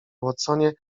watsonie